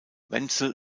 wenzel